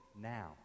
now